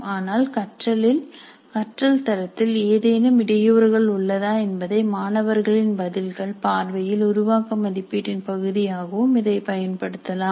ஆனால் கற்றல் தரத்தில் ஏதேனும் இடையூறுகள் உள்ளதா என்பதை மாணவர்களின் பதில்களின் பார்வையில் உருவாக்க மதிப்பீட்டின் பகுதியாகவும் இதை பயன்படுத்தலாம்